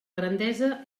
grandesa